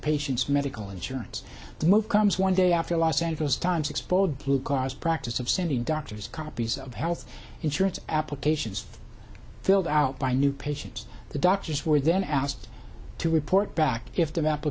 patients medical insurance the move comes one day after a los angeles times exposed blue cars practice of sending doctors copies of health insurance applications filled out by new patients the doctors were then asked to report back if the